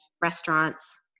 restaurants